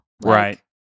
right